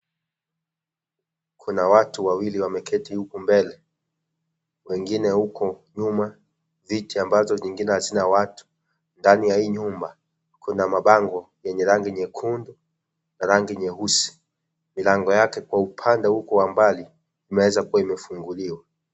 Kuna watu wawili wameketi huku mbele wengine huko nyuma, viti ambazo nyingine hazina watu. Ndani ya hii nyumba, kuna mabango yenye rangi nyekundu na rangi nyeusi. Milango yake kwa upande huko wa mbali, imeweza kuwa imefunguliwa.